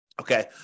Okay